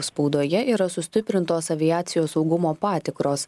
spaudoje yra sustiprintos aviacijos saugumo patikros